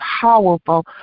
powerful